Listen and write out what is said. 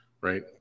right